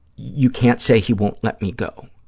you can't say he won't let me go.